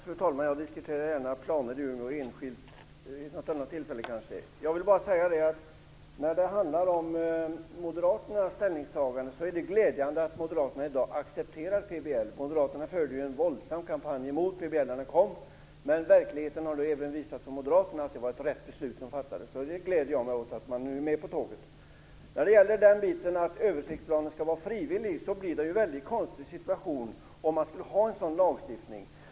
Fru talman! Jag diskuterar gärna planerna i Umeå enskilt vid något annat tillfälle. Det är glädjande att Moderaterna i dag accepterar PBL. De förde ju en våldsam kampanj mot PBL när lagen kom. Men verkligheten har nu visat även Moderaterna att det var ett riktigt beslut som fattades, och jag gläder mig åt att de nu är med på tåget. Ulla Löfgren menar att översiktsplanen skall vara frivillig, men det skulle ju bli väldigt konstigt med en sådan lagstiftning.